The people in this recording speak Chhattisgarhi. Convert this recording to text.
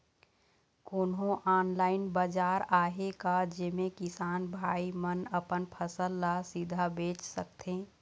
कोन्हो ऑनलाइन बाजार आहे का जेमे किसान भाई मन अपन फसल ला सीधा बेच सकथें?